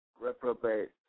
reprobate